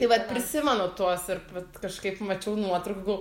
tai vat prisimenu tuos ir vat kažkaip mačiau nuotraukų